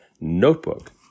notebook